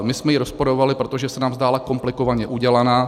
My jsme ji rozporovali, protože se nám zdála komplikovaně udělaná.